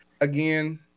again